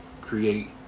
create